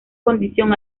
condición